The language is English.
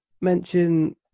mention